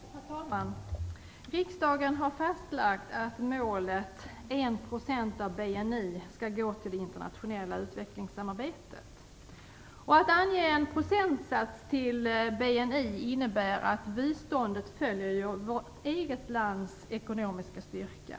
Herr talman! Riksdagen har fastlagt målet att 1 % av BNI skall gå till det internationella utvecklingssamarbetet. Att ange en procentsats i förhållande till BNI innebär att biståndet följer vår eget lands ekonomiska styrka.